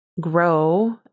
grow